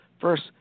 First